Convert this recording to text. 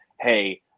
Hey